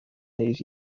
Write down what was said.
these